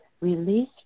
release